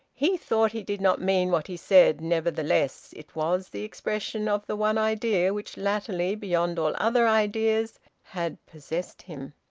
he thought he did not mean what he said nevertheless, it was the expression of the one idea which latterly beyond all other ideas had possessed him.